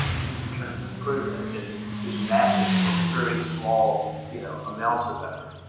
and in terms of improvement, is is massive for very small you know amounts of effort,